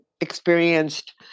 experienced